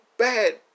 bad